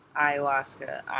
ayahuasca